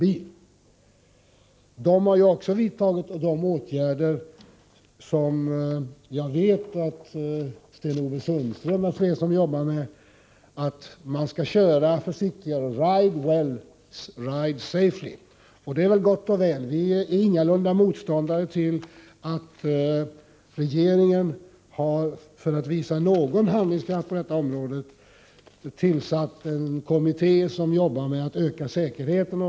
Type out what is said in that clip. Också i Australien har man vidtagit de åtgärder som jag vet att Sten-Ove Sundström m.fl. jobbar med, att man skall köra försiktigare: ”Ride well — ride safely.” Jag är ingalunda någon motståndare till att regeringen, för att visa någon handlingskraft på detta område, har tillsatt en kommitté som arbetar med att öka säkerheten.